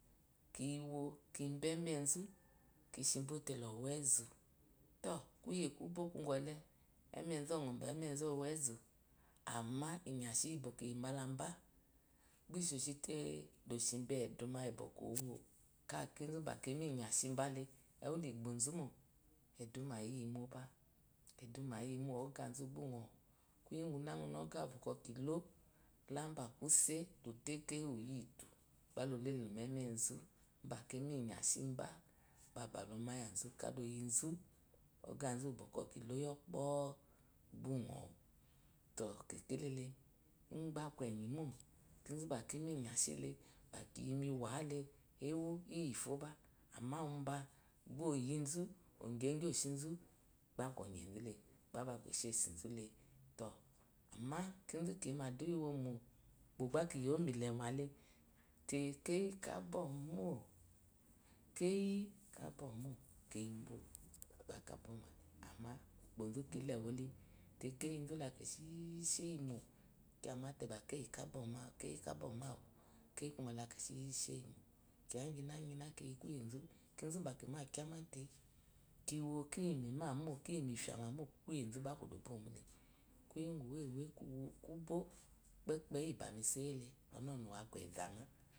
Kiwo kibe wmezutelá kishi ɔwezu emezu ɔbábá emezu ɔwezu amma inwanshi iyi bɔlo iyi be laba isheshi te loshi bo eduma iyi iwó kakizu bokima inyashi bahe ewu libzu móeduma iyimo bá eduma iyimo ɔquzu bá uyowu kuye uguna uquma ega uwukɔ kilo la ubá kube utekeyi úwú eyitu ka le lólo mu emezu iba kima inyashi bá uba ba lomá iyazu ogázu uwu bɔkɔ kilɔ iyi ɔlɔ iyi ɔpɔ bá unɔwu tó kekele uba aku enyi mó kizu ba izima iyashi ehe ba kiyi mu iwumate wewó iyifó ba amma uba bá oyizu ɔgyegyi oshizu bá aku ɔyezule be aku esheshi zule to amma kizu kiyi mu adua iwomo ukpo bá kiyewu mu ilema le te keyi kabɔmó keyi kabɔmó lerebo bá kabɔmale ukpó gba kile wule te keyizu la keshi she yimó ksamate keyi kabɔ mo awu keyi la keshi sheyi mo kiya inqyi ina ina kiyi kuye ingyi kinzu ba kima káá maté kiwo kiyi mu imamo kiyi mu ifya ma mo kuyezuba kúdúbomóhe kuye bakubo pepeyi iyi ba mi isoyi ehe inyi